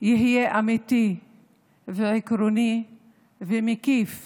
יהיה אמיתי ועקרוני ומקיף